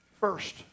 First